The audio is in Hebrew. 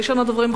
ראשון הדוברים,